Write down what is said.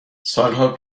سالها